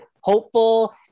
hopeful –